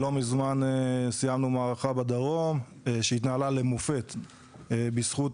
לא מזמן סיימנו מערכה בדרום שהתנהלה למופת בזכות